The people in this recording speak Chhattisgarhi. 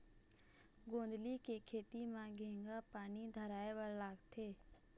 गोंदली के खेती म केघा पानी धराए बर लागथे?